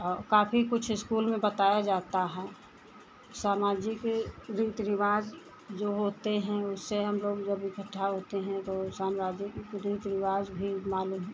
और काफ़ी कुछ स्कूल में बताया जाता है सामाजिक रीति रिवाज़ जो होते हैं उससे हमलोग जब इकट्ठा होते हैं तो सामाजिक रीति रिवाज़ भी मालूम हैं